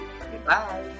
Goodbye